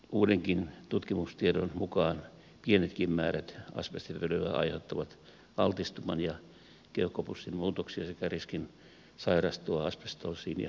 uudenkin tutkimustiedon mukaan pienetkin määrät asbestipölyä aiheuttavat altistuman ja keuhkopussin muutoksia sekä riskin sairastua asbestoosiin ja syöpään